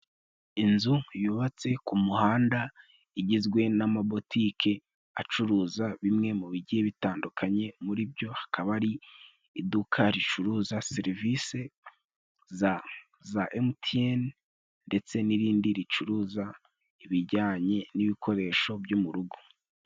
Inzu yubatse ku muhanda igizwe n'amabotike acuruza bimwe mu bigiye bitandukanye muri byo hakaba ari iduka ricuruza serivisi za emuti ene ndetse n'irindi ricuruza ibijyanye n'ibikoresho byo mu rugo.